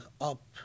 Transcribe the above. up